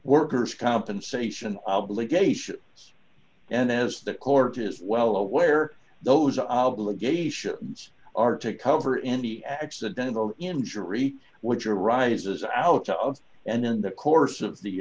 worker's compensation obligations and as the court is well aware those obligations are to cover any accidental injury which arises out of and in the course of the